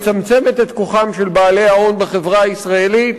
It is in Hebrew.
מצמצמת את כוחם של בעלי ההון בחברה הישראלית,